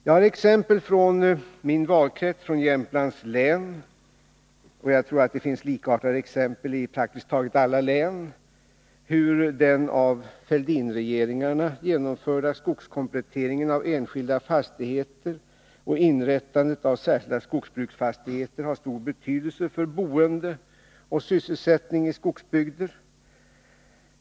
Jag har exempel från min valkrets i Jämtlands län — och jag tror att det finns likartade exempel i praktiskt taget alla län — på hur den av Fälldinregeringarna genomförda skogskompletteringen av enskilda fastigheter och inrättandet av särskilda skogsbruksfastigheter har stor betydelse för boende och sysselsättning i skogsbygder.